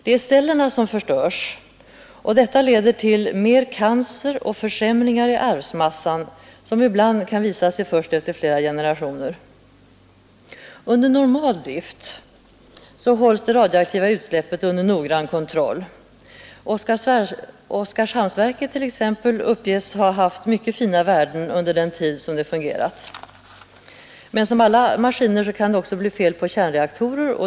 Det är cellerna som förstörs, och detta leder till mer cancer och till försämringar i arvsmassan, vilket ibland kan visa sig först efter flera generationer. Under normal drift hålls det radioaktiva utsläppet under noggrann kontroll. Oskarshamnsverket t.ex. uppges ha haft mycket fina värden under den tid det fungerat. Men som med alla maskiner kan det också bli fel på kärnreaktorer.